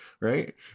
right